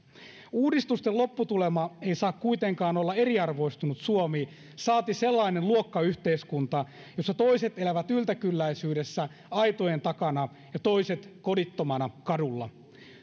uudistusten lopputulema ei saa kuitenkaan olla eriarvoistunut suomi saati sellainen luokkayhteiskunta jossa toiset elävät yltäkylläisyydessä aitojen takana ja toiset kodittomana kadulla